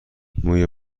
موی